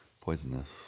poisonous